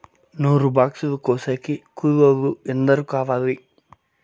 నూరు బాక్సులు కోసేకి కూలోల్లు ఎందరు కావాలి?